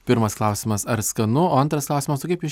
pirmas klausimas ar skanu o antras klausimas o kaip iš